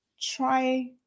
try